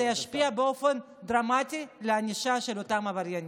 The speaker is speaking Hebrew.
זה ישפיע באופן דרמטי על הענישה של אותם עבריינים,